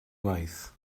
waith